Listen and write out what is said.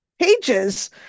Pages